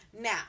Now